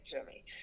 Jimmy